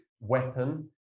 weapon